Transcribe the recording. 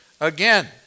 again